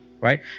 right